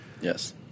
Yes